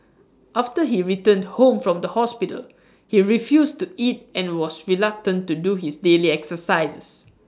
after he returned home from the hospital he refused to eat and was reluctant to do his daily exercises